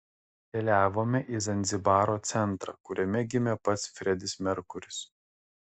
keliavome į zanzibaro centrą kuriame gimė pats fredis merkuris